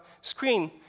screen